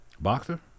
Boxer